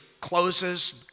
closes